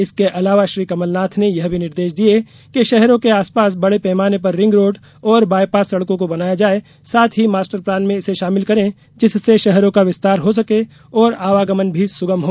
इसके अलावा श्री कमलनाथ ने यह भी निर्देश दिये कि शहरों के आसपास बड़े पैमाने पर रिंगरोड़ और बायपास सड़कों को बनाया जाए साथ ही मास्टर प्लान में इसे शामिल करें जिससे शहरों का विस्तार हो सके और आवागमन भी सुगम हो